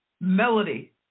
Melody